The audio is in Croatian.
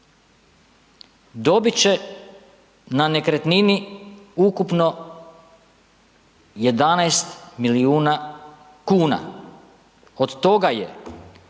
dobit će na nekretnini ukupno 11 milijuna kuna, od toga je